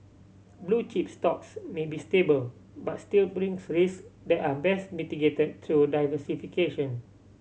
blue chip stocks may be stable but still brings that are best mitigated through diversification